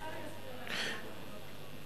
בבקשה.